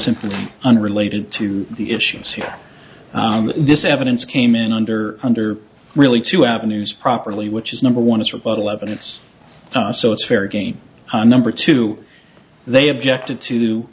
simply unrelated to the issues here this evidence came in under under really two avenues properly which is number one as rebuttal evidence so it's fair game number two they objected to